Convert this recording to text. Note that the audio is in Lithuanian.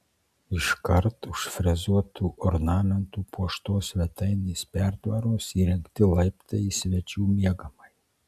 iškart už frezuotu ornamentu puoštos svetainės pertvaros įrengti laiptai į svečių miegamąjį